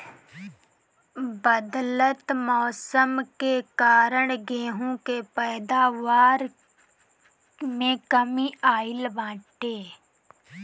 बदलत मौसम के कारण गेंहू के पैदावार में कमी आइल बाटे